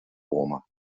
warmer